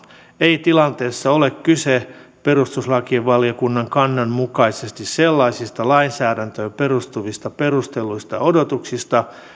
ei tilanteessa ole kyse perustuslakivaliokunnan kannan mukaisesti sellaisista lainsäädäntöön perustuvista perustelluista odotuksista